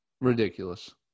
Ridiculous